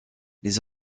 les